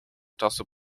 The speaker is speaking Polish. czasu